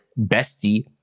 bestie